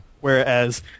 Whereas